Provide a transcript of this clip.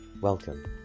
Welcome